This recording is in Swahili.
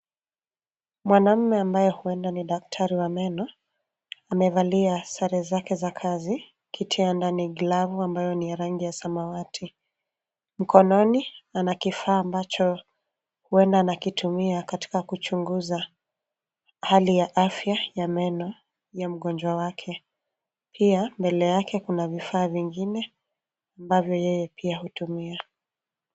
Mwanaume ambaye huenda ni daktari wa meno, amevalia sare zake za kazi, ikitia ndani glavu ambayo ni ya rangi ya samawati. Mkononi ana kifaa ambacho huenda anakitumia katika kuchunguza hali ya afya ya meno ya mgonjwa wake. Pia mbele yake kuna vifaa vingine ambavyo yeye pia hutumia.